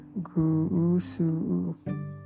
GUSU